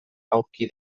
aurki